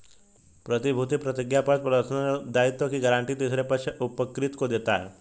प्रतिभूति प्रतिज्ञापत्र प्रदर्शन या दायित्वों की गारंटी तीसरे पक्ष उपकृत को देता है